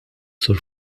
sur